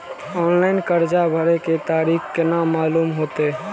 Online कर्जा भरे के तारीख केना मालूम होते?